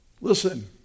Listen